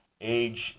age